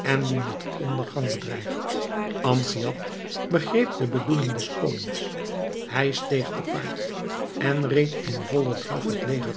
en die met ondergang bedreigt amgiad begreep de bedoeling des konings hij steeg te paard en reed in vollen draf het leger